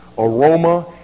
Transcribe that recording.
aroma